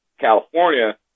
california